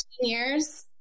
years